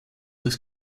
das